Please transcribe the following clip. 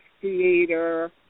Theater